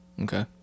Okay